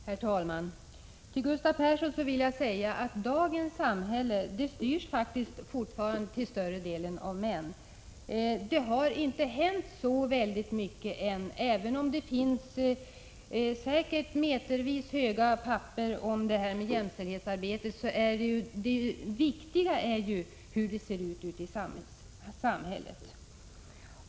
Herr talman! Till Gustav Persson vill jag säga att dagens samhälle faktiskt fortfarande till större delen styrs av män. Det har inte hänt så väldigt mycket än, även om det säkert finns metervis med papper om jämställdhetsarbetet. Det viktiga är ju hur det är ute i samhället.